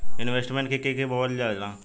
Investment के के बोलल जा ला?